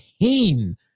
pain